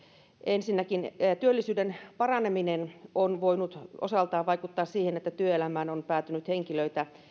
ensinnäkin työllisyyden paraneminen on voinut osaltaan vaikuttaa siihen että työelämään on päätynyt henkilöitä